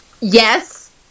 Yes